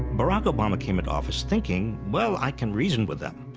barack obama came into office thinking, well, i can reason with them.